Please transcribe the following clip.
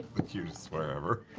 the cutest swear ever.